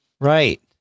right